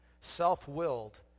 self-willed